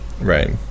right